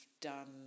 done